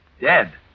Dead